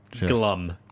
Glum